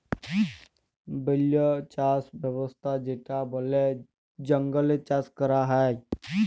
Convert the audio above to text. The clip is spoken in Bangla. বল্য চাস ব্যবস্থা যেটা বলে জঙ্গলে চাষ ক্যরা হ্যয়